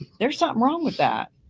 there's something wrong with that.